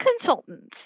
consultants